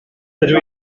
dydw